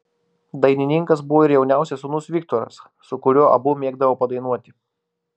dainininkas buvo ir jauniausias sūnus viktoras su kuriuo abu mėgdavo padainuoti